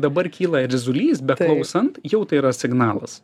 dabar kyla erzulys beklausant jau tai yra signalas